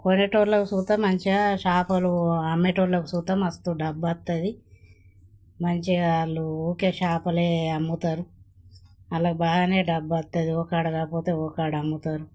కొనే వాళ్ళని చూస్తే మంచిగా చేపలు అమ్మే వాళ్ళకి చూస్తే మస్తు డబ్బు వస్తుంది మంచిగా వాళ్ళు ఊరికే చేపలే అమ్ముతారు వాళ్ళకి బాగనే డబ్బు వస్తుంది ఒక కాడ కాకపోతే ఒక కాడ అమ్ముతారు